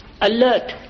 alert